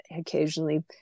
occasionally